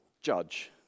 judge